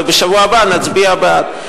ובשבוע הבא נצביע בעד.